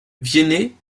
viennet